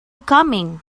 coming